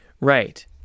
Right